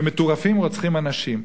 שמטורפים רוצחים אנשים,